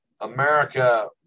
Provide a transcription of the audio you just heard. America